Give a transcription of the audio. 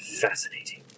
Fascinating